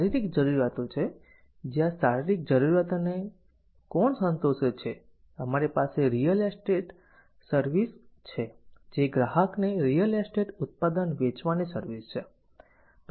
શારીરિક જરૂરિયાતો છે આ શારીરિક જરૂરિયાતોને કોણ સંતોષે છે અમારી પાસે રિયલ એસ્ટેટ સર્વિસ છે જે ગ્રાહકને રિયલ એસ્ટેટ ઉત્પાદન વેચવાની સર્વિસ છે